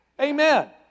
Amen